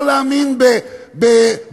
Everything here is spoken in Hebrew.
לא להאמין בתפילות,